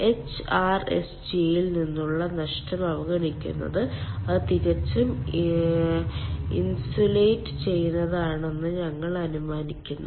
HRSG ൽ നിന്നുള്ള നഷ്ടം അവഗണിക്കുന്നത് അത് തികച്ചും ഇൻസുലേറ്റ് ചെയ്തതാണെന്ന് ഞങ്ങൾ അനുമാനിക്കുന്നു